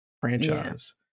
franchise